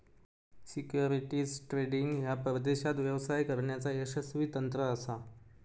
securities trading ह्या परदेशात व्यवसाय करण्याचा यशस्वी तंत्र असा